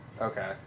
Okay